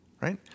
right